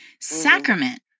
Sacrament